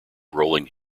rolling